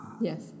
Yes